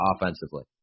offensively